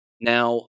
Now